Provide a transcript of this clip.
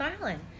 Island